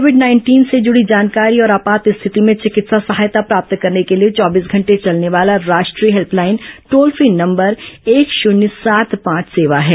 Covid nineteen से जुड़ी जानकारी और आपात स्थिति में चिकित्सा सहायता प्राप्त करने के लिए चौबीस घंटे चलने वाला राष्ट्रीय हेल्पलाइन टोल फ्री नंबर एक शुन्य सात पांच सेवा है